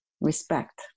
respect